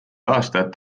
aastat